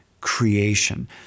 creation